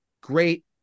great